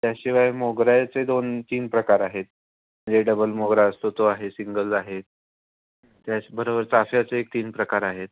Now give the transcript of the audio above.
त्याशिवाय मोगऱ्याचे दोन तीन प्रकार आहेत म्हणजे डबल मोगरा असतो तो आहे सिंगल आहे त्याचबरोबर चाफ्याचे एक तीन प्रकार आहेत